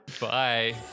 bye